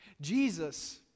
Jesus